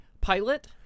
pilot